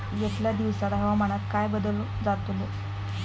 यतल्या दिवसात हवामानात काय बदल जातलो?